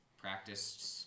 practiced